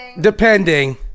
Depending